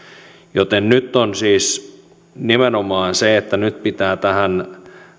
joten nyt on siis nimenomaan niin että nyt pitää tähän